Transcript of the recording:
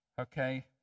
Okay